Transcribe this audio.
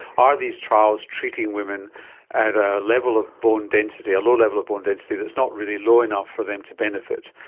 are these trials treating women at a level of bone density, a low level of bone density that's not really low enough for them to benefit,